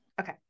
Okay